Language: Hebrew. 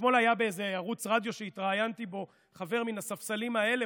אתמול היה באיזה ערוץ רדיו שהתראיינתי בו חבר מן הספסלים האלה,